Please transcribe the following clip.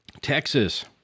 Texas